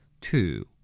two